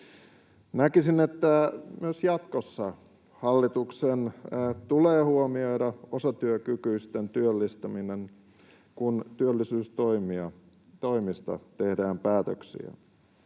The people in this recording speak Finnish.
Näkisin, että myös jatkossa hallituksen tulee huomioida osatyökykyisten työllistäminen, kun työllisyystoimista tehdään päätöksiä.